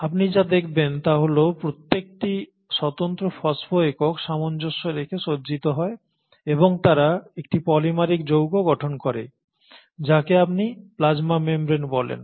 আপনি যা দেখবেন তা হল প্রত্যেকটি স্বতন্ত্র ফসফো একক সামঞ্জস্য রেখে সজ্জিত হয় এবং তারা একটি পলিমারিক যৌগ গঠন করে যাকে আপনি প্লাজমা মেমব্রেন বলেন